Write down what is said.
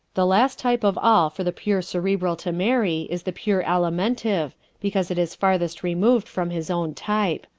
the last type of all for the pure cerebral to marry is the pure alimentive because it is farthest removed from his own type.